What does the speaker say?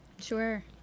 sure